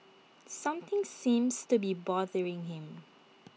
something seems to be bothering him